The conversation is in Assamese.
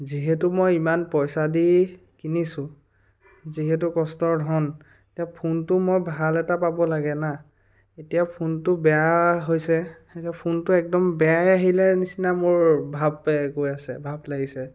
যিহেতু মই ইমান পইচা দি কিনিছোঁ যিহেতু কষ্টৰ ধন এতিয়া ফোনটো মই ভাল এটা পাব লাগে না এতিয়া ফোনটো বেয়া হৈছে ফোনটো একদম বেয়ায়ে আহিলে নিচিনা মোৰ ভাপে কৈ আছে ভাপ লাগিছে